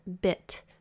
bit